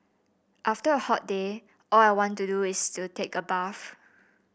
after a hot day all I want to do is to take a bath